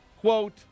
quote